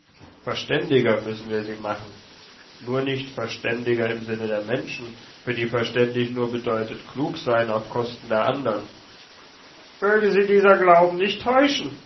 verständiger müssen wir sie machen nur nicht verständiger im sinne der menschen für die verständig nur bedeutet klug sein auf kosten der andern möge sie dieser glauben nicht täuschen